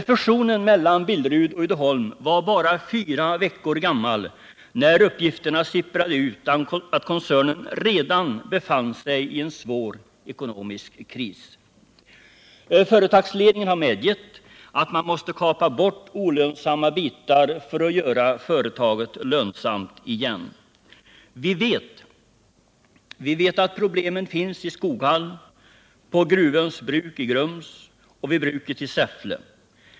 Fusionen mellan Billerud och Uddeholm var bara fyra veckor gammal när uppgifterna sipprade ut om att koncernen redan befann sig i en svår ekonomisk kris. Företagsledningen har medgivit att man måste kapa bort olönsamma bitar för att göra företaget lönsamt igen. Vi vet att problemen finns i Skoghall, på Gruvöns bruk i Grums och vid bruket i Säffle.